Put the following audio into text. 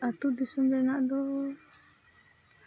ᱟᱹᱛᱩ ᱫᱤᱥᱢ ᱨᱮᱱᱟᱜ ᱫᱚ